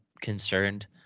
concerned